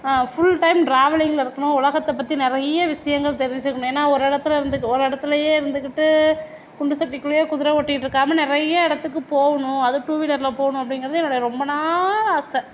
full time டிராவலிங்கில் இருக்கணும் உலகத்தை பற்றி நிறைய விஷயங்கள் தெரிஞ்சுக்கணும் ஏன்னால் ஒரு இடத்துலருந்து இடத்துலயே இருந்துகிட்டு குண்டு சட்டிக்குள்ளேயே குதிரை ஓட்டிகிட்டு இருக்காமல் நிறைய இடத்துக்கு போகணும் அதுவும் டூவீலரில் போகணும் அப்படிங்குறது என்னோட ரொம்ப நாள் ஆசை